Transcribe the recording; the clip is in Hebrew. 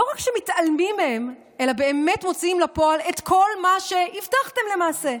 לא רק שמתעלמים מהם אלא באמת מוציאים לפועל את כל מה שהבטחתם למעשה: